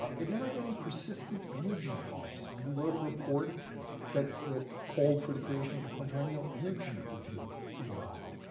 it never had any persistent energy policy. and we wrote a report that that called for the creation of a quadrennial energy review to go on.